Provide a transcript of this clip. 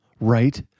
right